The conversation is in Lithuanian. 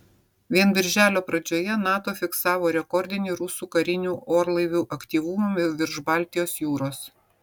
vien birželio pradžioje nato fiksavo rekordinį rusų karinių orlaivių aktyvumą virš baltijos jūros